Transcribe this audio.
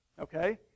Okay